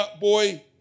boy